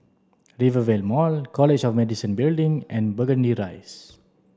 Rivervale Mall College of Medicine Building and Burgundy Rise